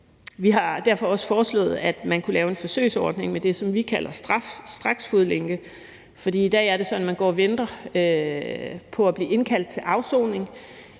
Vi har derfor også foreslået, at man kunne lave en forsøgsordning med det, som vi kalder straf straks-fodlængde, for i dag er det sådan, at man går og venter på at blive indkaldt til afsoning,